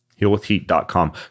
HealWithHeat.com